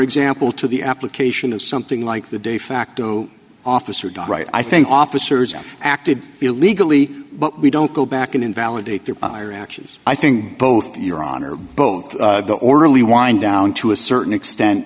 example to the application of something like the de facto office or done right i think officers have acted illegally but we don't go back and invalidate their actions i think both your honor both the orderly wind down to a certain extent